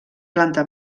planta